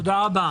תודה.